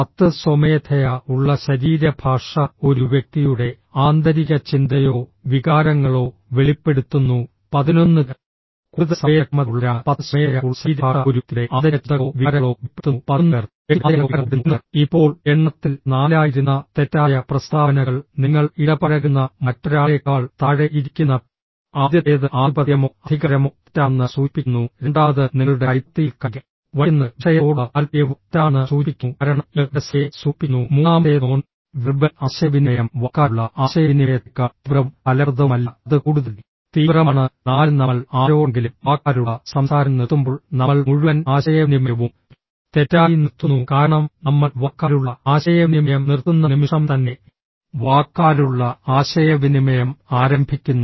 10 സ്വമേധയാ ഉള്ള ശരീരഭാഷ ഒരു വ്യക്തിയുടെ ആന്തരിക ചിന്തയോ വികാരങ്ങളോ വെളിപ്പെടുത്തുന്നു 11 കൂടുതൽ സംവേദനക്ഷമതയുള്ളവരാണ് 10 സ്വമേധയാ ഉള്ള ശരീരഭാഷ ഒരു വ്യക്തിയുടെ ആന്തരിക ചിന്തകളോ വികാരങ്ങളോ വെളിപ്പെടുത്തുന്നു 11 പേർ വ്യക്തിയുടെ ആന്തരിക ചിന്തകളോ വികാരങ്ങളോ വെളിപ്പെടുത്തുന്നു 11 പേർ ഇപ്പോൾ എണ്ണത്തിൽ 4 ആയിരുന്ന തെറ്റായ പ്രസ്താവനകൾ നിങ്ങൾ ഇടപഴകുന്ന മറ്റൊരാളേക്കാൾ താഴെ ഇരിക്കുന്ന ആദ്യത്തേത് ആധിപത്യമോ അധികാരമോ തെറ്റാണെന്ന് സൂചിപ്പിക്കുന്നു രണ്ടാമത് നിങ്ങളുടെ കൈപ്പത്തിയിൽ കൈ വയ്ക്കുന്നത് വിഷയത്തോടുള്ള താൽപ്പര്യവും തെറ്റാണെന്ന് സൂചിപ്പിക്കുന്നു കാരണം ഇത് വിരസതയെ സൂചിപ്പിക്കുന്നു മൂന്നാമത്തേത് നോൺ വെർബൽ ആശയവിനിമയം വാക്കാലുള്ള ആശയവിനിമയത്തേക്കാൾ തീവ്രവും ഫലപ്രദവുമല്ല അത് കൂടുതൽ തീവ്രമാണ് 4 നമ്മൾ ആരോടെങ്കിലും വാക്കാലുള്ള സംസാരം നിർത്തുമ്പോൾ നമ്മൾ മുഴുവൻ ആശയവിനിമയവും തെറ്റായി നിർത്തുന്നു കാരണം നമ്മൾ വാക്കാലുള്ള ആശയവിനിമയം നിർത്തുന്ന നിമിഷം തന്നെ വാക്കാലുള്ള ആശയവിനിമയം ആരംഭിക്കുന്നു